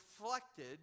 reflected